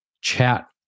chat